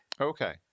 Okay